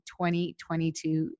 2022